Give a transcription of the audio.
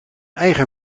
eigen